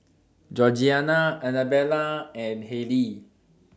Georgiana Annabella and Hayley